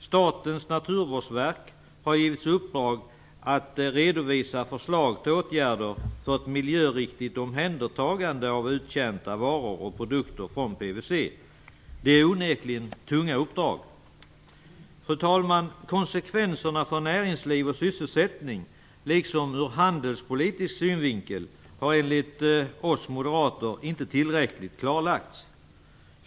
Statens naturvårdsverk har givits i uppdrag att redovisa förslag till åtgärder för ett miljöriktigt omhändertagande av uttjänta varor och produkter från PVC. Det är onekligen tunga uppdrag. Fru talman! Konsekvenserna för näringsliv och sysselsättning, liksom ur handelspolitisk synvinkel, har enligt oss moderater inte tillräckligt klarlagts.